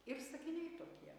ir sakiniai tokie